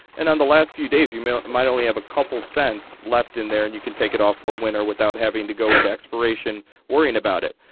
and on the last few days you mail might only have a couple cents left in there and you can take it off for winter without having to go into expiration. worrying about it.